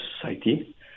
society